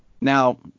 Now